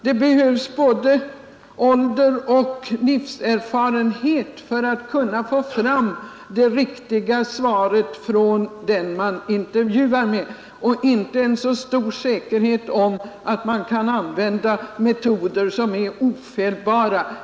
Det behövs både ålder och livserfarenhet för att kunna få fram det riktiga svaret från den man intervjuar och inte en så stor säkerhet om att man kan använda metoder som är ofelbara.